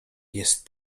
jest